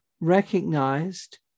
recognized